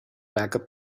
backup